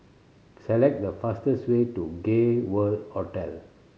select the fastest way to Gay World Hotel